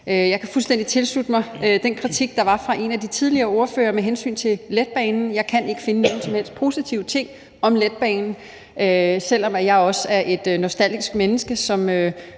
Jeg kan fuldstændig tilslutte mig den kritik, der var fra en de tidligere ordførere, med hensyn til letbanen. Jeg kan ikke finde nogen som helst positive ting om letbanen, og selv om jeg også er et nostalgisk menneske, som